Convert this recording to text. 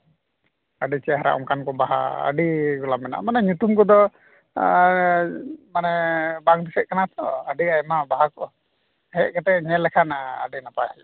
ᱟᱹᱰᱤ ᱪᱮᱦᱚᱨᱟ ᱚᱱᱠᱟᱱ ᱠᱚ ᱵᱟᱦᱟ ᱟᱹᱰᱤ ᱜᱩᱞᱟᱱ ᱢᱮᱱᱟᱜᱼᱟ ᱢᱟᱱᱮ ᱧᱩᱛᱩᱢ ᱠᱚᱫᱚ ᱢᱟᱱᱮ ᱵᱟᱝ ᱫᱤᱥᱟᱹᱜ ᱠᱟᱱᱟ ᱛᱚ ᱟᱹᱰᱤ ᱟᱭᱢᱟ ᱵᱟᱦᱟ ᱠᱚ ᱦᱮᱡ ᱠᱟᱛᱮᱫ ᱧᱮᱞ ᱞᱮᱠᱷᱟᱱ ᱟᱹᱰᱤ ᱱᱟᱯᱟᱭ ᱦᱩᱭᱩᱜᱼᱟ